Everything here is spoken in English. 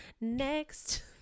next